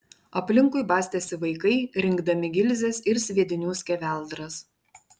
aplinkui bastėsi vaikai rinkdami gilzes ir sviedinių skeveldras